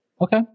Okay